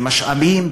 במשאבים,